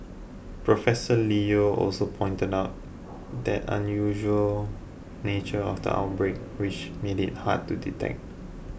Professor Leo also pointed out the unusual nature of the outbreak which made it hard to detect